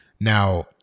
now